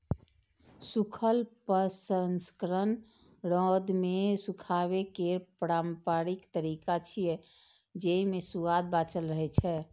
सूखल प्रसंस्करण रौद मे सुखाबै केर पारंपरिक तरीका छियै, जेइ मे सुआद बांचल रहै छै